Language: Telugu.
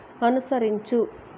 అనుసరించు